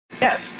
Yes